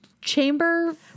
chamber